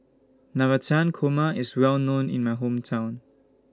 Navratan Korma IS Well known in My Hometown